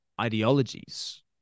ideologies